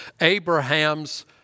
Abraham's